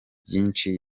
byinshi